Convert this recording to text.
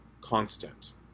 constant